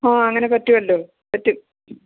ആ അങ്ങനെ പറ്റുമല്ലോ പറ്റും